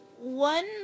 One